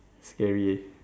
scary eh